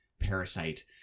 Parasite